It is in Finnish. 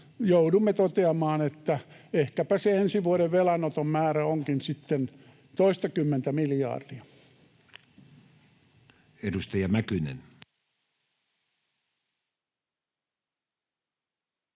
joudumme toteamaan, että ehkäpä se ensi vuoden velanoton määrä onkin sitten toistakymmentä miljardia. Edustaja Mäkynen.